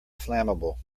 flammable